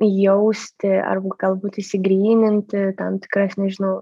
jausti arba galbūt išsigryninti tam tikras nežinau